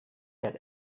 that